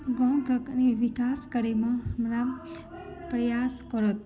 गाँवके कनी विकास करयमे हमरा प्रयास करत